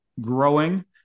growing